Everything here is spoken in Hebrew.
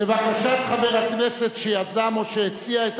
"לבקשת חבר הכנסת שיזם או שהציע את